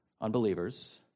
unbelievers